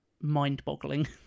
mind-boggling